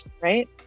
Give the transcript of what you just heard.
right